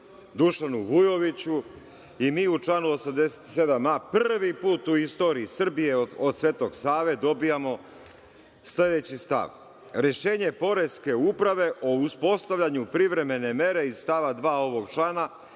Dušanu Vujoviću i mi u član 87a prvi put u istoriji Srbije, od Svetog Save, dobijamo sledeći stav – rešenje poreske uprave o uspostavljanju privremene mere iz stava 2. ovog člana